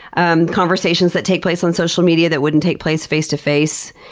um conversations that take place on social media that wouldn't take place face to face.